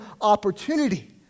opportunity